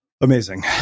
Amazing